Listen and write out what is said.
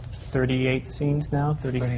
thirty-eight scenes now? thirty-eight scenes.